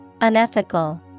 Unethical